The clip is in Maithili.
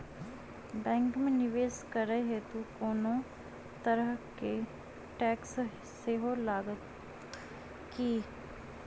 बैंक मे निवेश करै हेतु कोनो तरहक टैक्स सेहो लागत की?